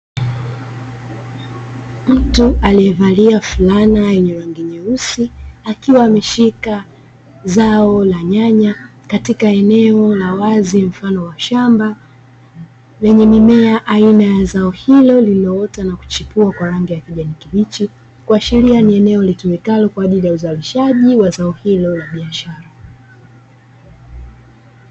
Mtu aliyevalia fulana yenye rangi nyeusi, akiwa ameshika zao la nyanya katika eneo la wazi mfano wa shamba, lenye mimea aina ya zao hilo lililoota na kuchipua kwa rangi ya kijani kibichi. Kuashiria ni eneo litumikalo kwa ajili ya uzalishaji wa zao hilo la biashara.